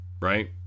Right